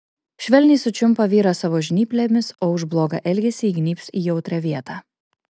švelniai sučiumpa vyrą savo žnyplėmis o už blogą elgesį įgnybs į jautrią vietą